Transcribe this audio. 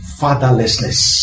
fatherlessness